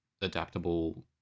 adaptable